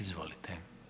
Izvolite.